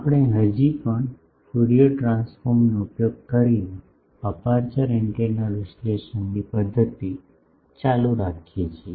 અમે હજી પણ ફોરિયર ટ્રાન્સફોર્મનો ઉપયોગ કરીને અપેરચ્યોર એન્ટેના વિશ્લેષણની પદ્ધતિ ચાલુ રાખીએ છીએ